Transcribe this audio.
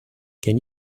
can